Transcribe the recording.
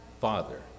Father